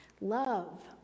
Love